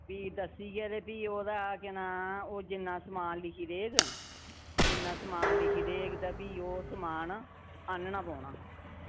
फ्ही दस्सियै ते फ्ही ओह्दा केह् नांऽ ओह् जिन्ना समान लिखी देग जिन्ना समान लिखी देग ते फ्ही ओह् समान आह्नना पौना